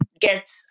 get